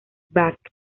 back